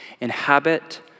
inhabit